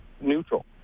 neutral